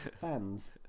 fans